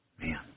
Man